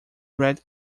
red